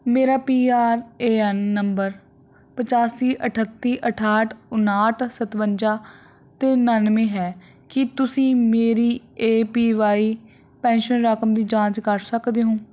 ਮੇਰਾ P R A N ਨੰਬਰ ਪਚਾਸੀ ਅਠੱਤੀ ਅਠਾਹਠ ਉਨਾਹਠ ਸਤਵੰਜਾ ਅਤੇ ਉਣਾਨਵੇਂ ਹੈ ਕੀ ਤੁਸੀਂ ਮੇਰੀ ਏ ਪੀ ਵਾਈ ਪੈਨਸ਼ਨ ਰਕਮ ਦੀ ਜਾਂਚ ਕਰ ਸਕਦੇ ਹੋ